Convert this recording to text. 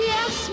Yes